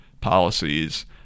policies